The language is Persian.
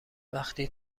وقتی